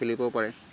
খেলিব পাৰে